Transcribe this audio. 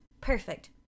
Perfect